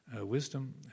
wisdom